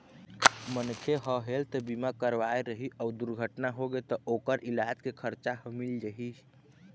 मनखे ह हेल्थ बीमा करवाए रही अउ दुरघटना होगे त ओखर इलाज के खरचा ह मिल जाही